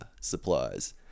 supplies